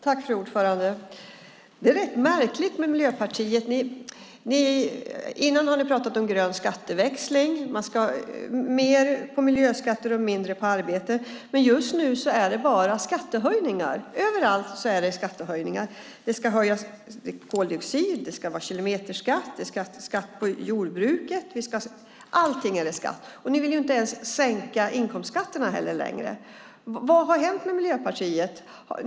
Fru talman! Det är rätt märkligt med Miljöpartiet. Tidigare har ni pratat om grön skatteväxling - mer på miljöskatter och mindre på arbete - men just nu är det bara skattehöjningar. Överallt är det skattehöjningar. Det ska höjas på koldioxid, det ska vara kilometerskatt, och det ska vara skatt på jordbruket. Allting gäller skatt. Ni vill inte ens sänka inkomstskatterna längre. Vad har hänt med Miljöpartiet?